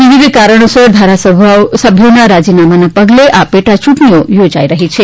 વિવિધ કારણોસર ધારાસભ્યોના રાજીનામાને પગલે આ પેટાચૂંટણીઓ યોજાઇ રહી છે